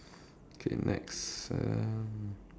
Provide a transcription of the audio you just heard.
okay next um